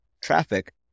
traffic